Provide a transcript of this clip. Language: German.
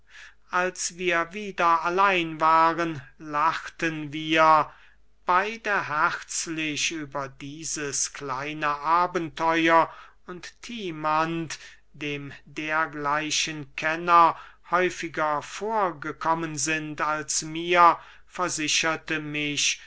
als wir wieder allein waren lachten wir beide herzlich über dieses kleine abenteuer und timanth dem dergleichen kenner häufiger vorgekommen sind als mir versicherte mich